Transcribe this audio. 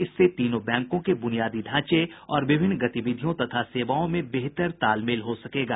इससे तीनों बैंकों के बुनियादी ढांचे और विभिन्न गतिविधियों तथा सेवाओं में बेहतर तालमेल हो सकेगा